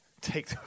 Take